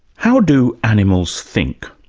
how do animals think?